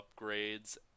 upgrades